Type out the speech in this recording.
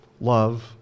love